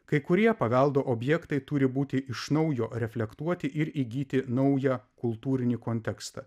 kai kurie paveldo objektai turi būti iš naujo reflektuoti ir įgyti naują kultūrinį kontekstą